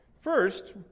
First